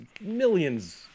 millions